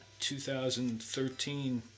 2013